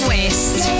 West